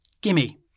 Gimme